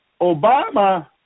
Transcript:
obama